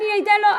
אני אתן לו,